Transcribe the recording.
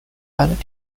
and